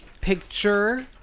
Picture